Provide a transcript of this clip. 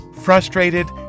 Frustrated